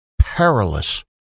perilous